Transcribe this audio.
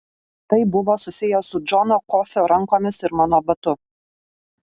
tai buvo susiję su džono kofio rankomis ir mano batu